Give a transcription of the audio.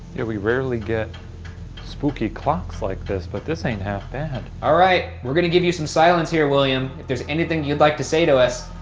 we rarely get spooky clocks like this, but this ain't half bad. all right, we're gonna give you some silence here, william. if there's anything you'd like to say to us,